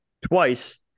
Twice